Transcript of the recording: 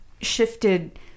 shifted